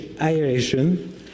aeration